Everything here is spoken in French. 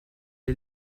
est